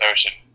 Ocean